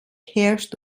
herrscht